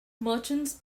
merchants